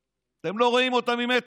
אותם, אתם לא רואים אותם ממטר.